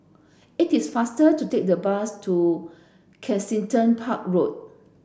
it is faster to take the bus to Kensington Park Road